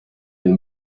den